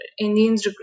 Indians